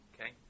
Okay